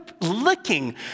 licking